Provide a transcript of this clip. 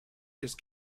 just